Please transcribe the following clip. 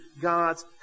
God's